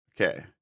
Okay